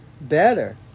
better